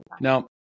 Now